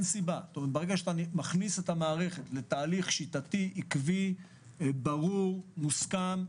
ברגע שאתה מכניס את המערכת לתהליך שיטתי עקבי ברור מוסכם,